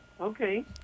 okay